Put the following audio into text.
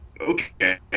okay